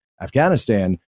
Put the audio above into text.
Afghanistan